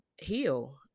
heal